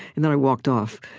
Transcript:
and then i walked off.